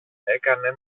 έκανε